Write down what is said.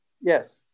Yes